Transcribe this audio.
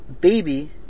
baby